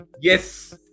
Yes